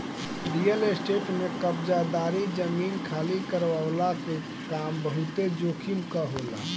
real estate में कब्ज़ादारी, जमीन खाली करववला के काम बहुते जोखिम कअ होला